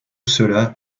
cela